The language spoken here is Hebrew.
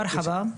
מרחבא.